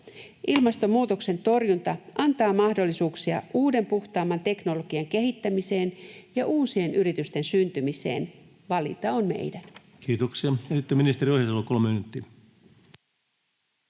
Ilmastonmuutoksen torjunta antaa mahdollisuuksia uuden, puhtaamman teknologian kehittämiseen ja uusien yritysten syntymiseen. Valinta on meidän.